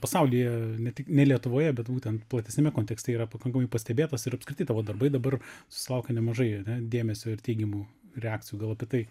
pasaulyje ne tik ne lietuvoje bet būtent platesniame kontekste yra pakankamai pastebėtas ir apskritai tavo darbai dabar susilaukia nemažai dėmesio ir teigiamų reakcijų gal apie tai